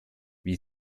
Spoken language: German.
wie